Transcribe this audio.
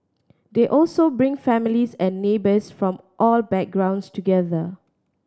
they also bring families and neighbours from all backgrounds together